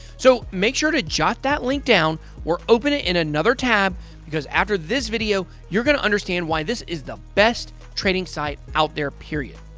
so, make sure to jot that link down or open it in another tab because after this video, you're going to understand why this is the best trading site out there, period.